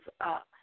up